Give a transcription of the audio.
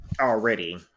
already